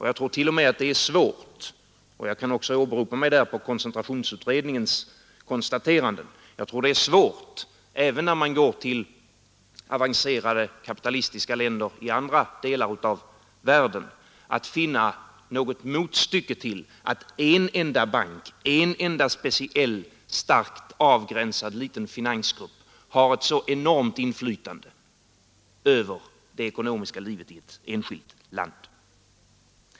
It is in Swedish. Jag tror t.o.m. att det är svårt — och jag kan där åberopa koncentrationsutredningens konstateranden — även om man går till avancerade kapitalistiska länder i andra delar av världen att finna något motstycke till att en enda bank, en enda speciell, starkt avgränsad liten finansgrupp har ett så enormt inflytande över det ekonomiska livet i ett enskilt land.